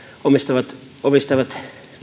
omistavat omistavat